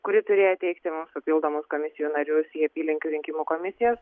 kuri turėjo įteikti mums papildomus komisijų narius į apylinkių rinkimų komisijas